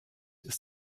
ist